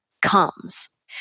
comes